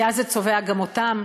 כי אז זה צובע גם אותם.